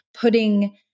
putting